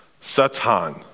Satan